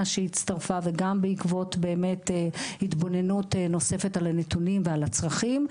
שהצטרפה וגם בעקבות באמת התבוננות נוספת על הנתונים ועל הצרכים,